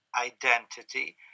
identity